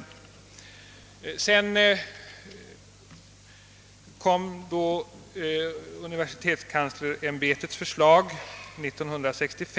År 1965 kom universitetskanslersämbetets förslag, som även innefattade